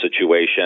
situation